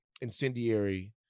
incendiary